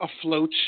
afloat